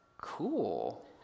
cool